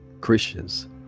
Christians